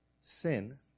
sin